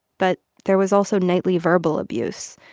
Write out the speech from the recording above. but there was also nightly verbal abuse.